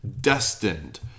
destined